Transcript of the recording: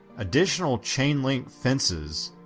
additional chain link fences,